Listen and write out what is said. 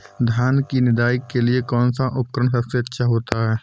धान की निदाई के लिए कौन सा उपकरण सबसे अच्छा होता है?